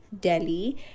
Delhi